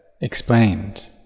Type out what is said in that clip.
explained